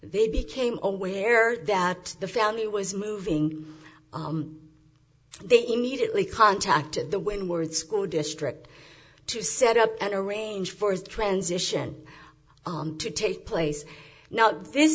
they became aware that the family was moving they immediately contacted the when word school district to set up and arrange for his transition to take place now this